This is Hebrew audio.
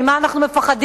ממה אנחנו מפחדים,